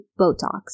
Botox